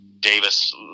Davis